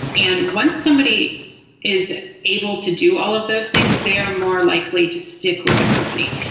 and once somebody is able to do all of those things, they are more likely to stick with a company.